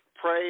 pray